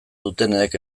dutenek